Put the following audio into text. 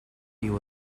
you